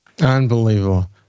Unbelievable